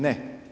Ne.